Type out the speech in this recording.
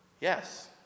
yes